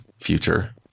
future